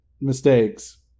mistakes